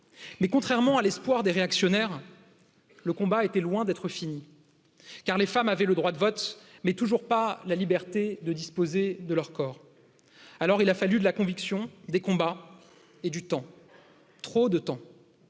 mais contrairement à l'espoir des réactionnaires, le combat était loin d'être finie car les femmes avaient le droit de vote, mais pas la liberté de disposer de leur corps. Alors il a fallu de la conviction des combats et du temps, trop de temps